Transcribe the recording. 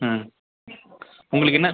ம் உங்களுக்கு என்ன